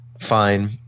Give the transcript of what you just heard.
fine